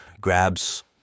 grabs